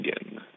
again